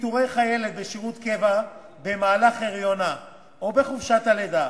פיטורי חיילת בשירות קבע במהלך הריונה או בחופשת הלידה